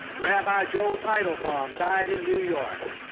rabbi joel teitelbaum died in new york.